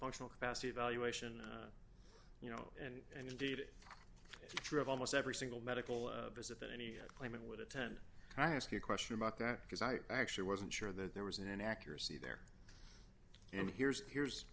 functional capacity evaluation and you know and indeed it is true of almost every single medical visit that any claimant would attend i ask you a question about that because i actually wasn't sure that there was an inaccuracy there and here's here's